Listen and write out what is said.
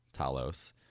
Talos